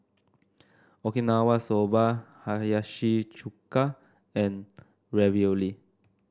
Okinawa Soba Hiyashi Chuka and Ravioli